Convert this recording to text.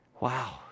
Wow